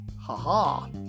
Ha-ha